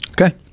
Okay